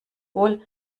wohl